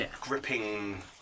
gripping